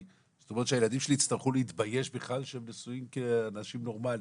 הילדים שלי יצטרכו להתבייש בכלל שהם נשואים כאנשים נורמליים.